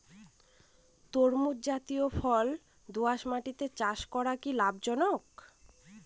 তরমুজ জাতিয় ফল দোঁয়াশ মাটিতে চাষ করা কি লাভজনক?